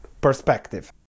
perspective